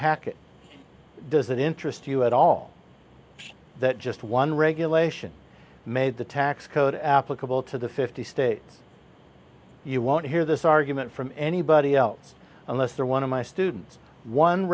hacket does that interest you at all that just one regulation made the tax code applicable to the fifty states you won't hear this argument from anybody else unless they're one of my students on